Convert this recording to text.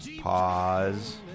Pause